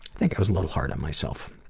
think i was a little hard on myself.